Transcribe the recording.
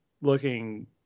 looking